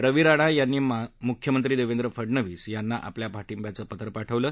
रवी राणा यांनी मुख्यमंत्री देवेंद्र फडणवीस यांना आपल्या पाठिंब्याचं पात्र पाठवलं